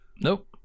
nope